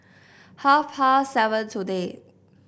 half past seven today